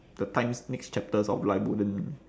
the times next chapters of life wouldn't